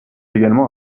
également